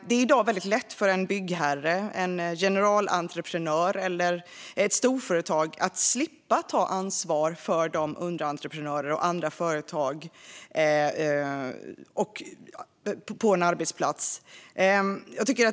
Det är i dag väldigt lätt för en byggherre, en generalentreprenör eller ett storföretag att slippa ta ansvar för underentreprenörer och andra företag på en arbetsplats.